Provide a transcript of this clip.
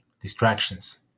Distractions